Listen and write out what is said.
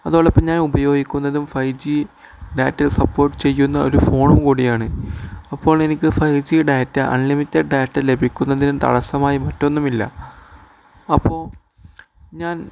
അതോടൊപ്പം ഞാൻ ഉപയോഗിക്കുന്നതും ഫൈവ് ജി ഡാറ്റയില് സപ്പോർട്ട് ചെയ്യുന്ന ഒരു ഫോണും കൂടിയാണ് അപ്പോൾ എനിക്ക് five G data unlimited data ലഭിക്കുന്നതിനും തടസ്സമായി മറ്റൊന്നുമില്ല അപ്പോള് ഞാൻ